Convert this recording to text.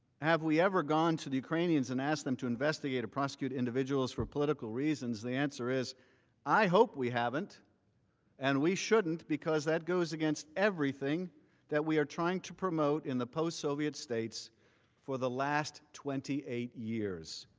have we ever gone to the ukrainians and ask them to invest it or prosecute individuals for political reasons, the answer is i hope we haven't and we shouldn't because that goes against everything that we are trying to promote in the post-soviet states for the last twenty eight years.